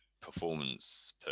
performance